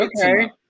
Okay